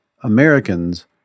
Americans